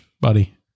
Buddy